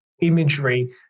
imagery